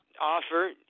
offer